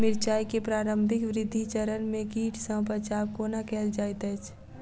मिर्चाय केँ प्रारंभिक वृद्धि चरण मे कीट सँ बचाब कोना कैल जाइत अछि?